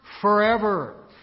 forever